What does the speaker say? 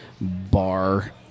bar